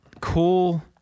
cool